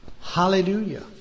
Hallelujah